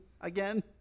again